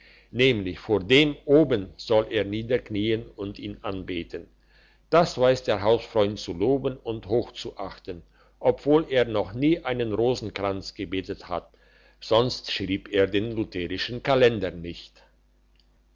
nämlich vor dem dort oben soll er niederknien und ihn anbeten das weiss der hausfreund zu loben und hochzuachten obwohl er noch nie einen rosenkranz gebetet hat sonst schrieb er den lutherischen kalender nicht